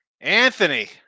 Anthony